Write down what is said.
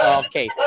okay